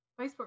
facebook